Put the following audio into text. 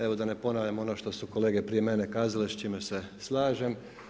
Evo da ne ponavljam ono što su kolege prije mene kazale s čime se slažem.